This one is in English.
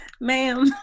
Ma'am